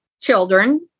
children